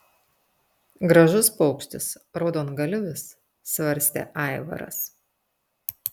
gražus paukštis raudongalvis svarstė aivaras